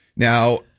Now